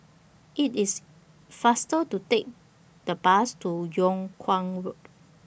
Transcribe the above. IT IS faster to Take The Bus to Yung Kuang Road